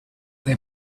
they